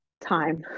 time